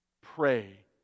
Pray